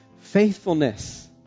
faithfulness